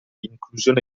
inclusione